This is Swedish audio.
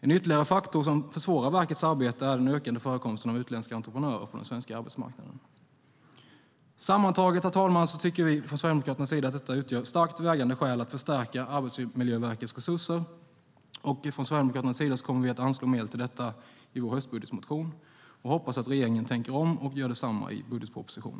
En ytterligare faktor som försvårar verkets arbete är den ökade förekomsten av utländska entreprenörer på den svenska arbetsmarknaden. Sammantaget utgör detta starkt vägande skäl för att förstärka Arbetsmiljöverkets resurser. Sverigedemokraterna kommer att anslå medel till detta i sin höstbudgetmotion, och vi hoppas att regeringen tänker om och gör detsamma i sin budgetproposition.